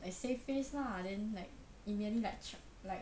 I save face lah then like immediately like ch~ like